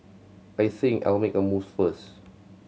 I think I'll make a move first